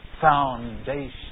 Foundation